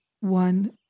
one